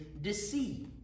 deceive